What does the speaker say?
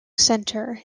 centre